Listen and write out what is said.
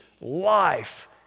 life